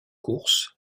course